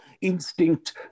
Instinct